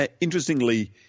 Interestingly